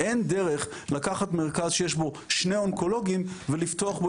אין דרך לקחת מרכז שיש בו שני אונקולוגים ולפתוח בו